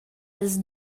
allas